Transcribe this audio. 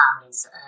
families